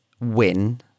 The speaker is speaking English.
win